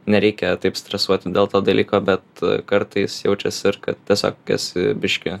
nereikia taip stresuoti dėl to dalyko bet kartais jaučiasi ir kad tisiog esi biškį